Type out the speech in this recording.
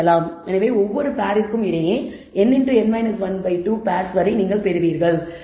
எனவே ஒவ்வொரு பேரிற்கும் இடையே n2 பேர்ஸ் வரை நீங்கள் பெறுவீர்கள்